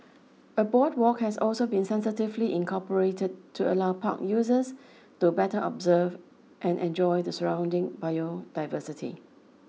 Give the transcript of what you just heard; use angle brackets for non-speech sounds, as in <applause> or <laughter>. a boardwalk has also been sensitively incorporated to allow park users <noise> to better observe and enjoy the surrounding biodiversity